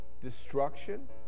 Destruction